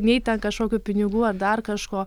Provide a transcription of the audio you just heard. nei ten kažkokių pinigų ar dar kažko